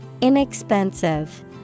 Inexpensive